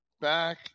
Back